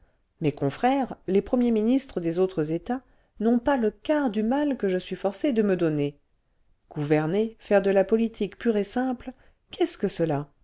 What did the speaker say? mes confrères les premiers ministres des autres états n'ont pas le quart du mal que je suis forcé de me donner gouverner faire de la politique pure et simple qu'est-ce que cela